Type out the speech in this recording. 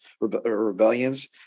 rebellions